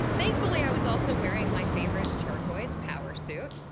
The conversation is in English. thankfully, i was also wearing my favorite turquoise power suit.